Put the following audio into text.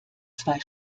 zwei